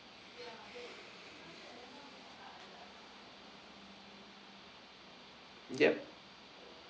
yup